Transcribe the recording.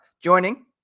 joining